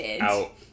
out